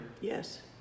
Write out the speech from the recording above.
Yes